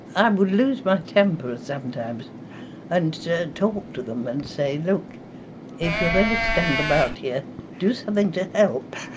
i would lose my temper sometimes and talk to them and say look if you're going to stand about here do something to help,